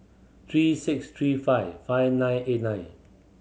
three six three five five nine eight nine